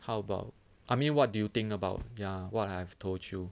how about I mean what do you think about ya what I've told you